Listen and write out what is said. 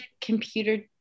computer